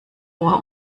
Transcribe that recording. ohr